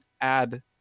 add